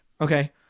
okay